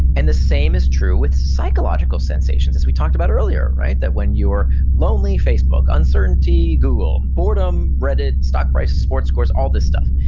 and the same is true with psychological sensations, as we talked about earlier. that when you're lonely, facebook. uncertainty, google. boredom, reddit, stock prices, sports scores, all this stuff.